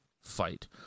fight